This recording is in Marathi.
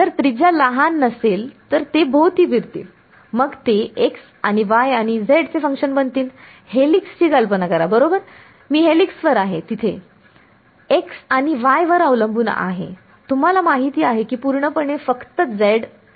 जर त्रिज्या लहान नसेल तर ते भोवती फिरतील मग ते x आणि y आणि z चे फंक्शन बनतील हेलिक्स कल्पना करा बरोबर मी हेलिक्स वर आहे तिथे x आणि y वर अवलंबून आहे तुम्हाला माहित आहे की पूर्णपणे फक्त z नाही